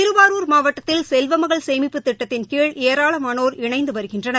திருவாரூர் மாவட்டத்தில் செல்வமகள் சேமிப்புத் திட்டத்தின் கீழ் ஏராளமானோர் இணைந்து வருகின்றனர்